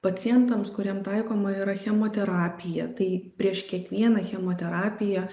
pacientams kuriem taikoma ir chemoterapija tai prieš kiekvieną chemoterapiją